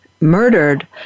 murdered